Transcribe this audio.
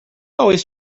always